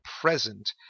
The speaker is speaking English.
present